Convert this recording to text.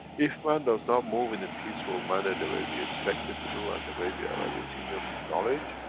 if man does not move in a peaceful manner, the way we expect it to do and the way we are elevating them in knowledge.